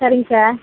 சரிங்க சார்